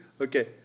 Okay